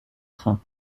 trains